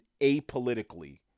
apolitically